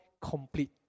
complete